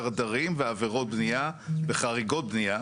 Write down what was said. דרדרים ועבירות בנייה וחריגות בנייה